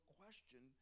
question